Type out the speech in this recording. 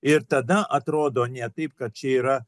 ir tada atrodo ne taip kad čia yra